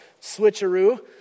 switcheroo